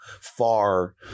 far